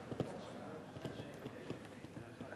תחבורה ציבורית ביום המנוחה השבועי,